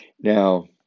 Now